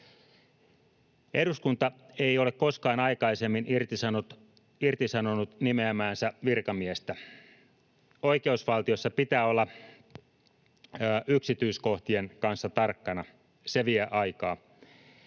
Eduskunta ei ole koskaan aikaisemmin irtisanonut nimeämäänsä virkamiestä. Oikeusvaltiossa pitää olla yksityiskohtien kanssa tarkkana. Se vie aikaa.